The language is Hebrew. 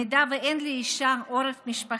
אם אין לאישה עורף משפחתי,